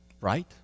Right